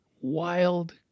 wild